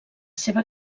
seva